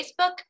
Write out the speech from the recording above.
Facebook